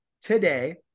today